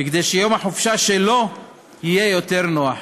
בכדי שיום החופשה שלהם יהיה יותר נוח.